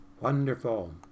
Wonderful